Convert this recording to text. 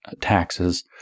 taxes